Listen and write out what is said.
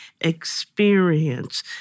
experience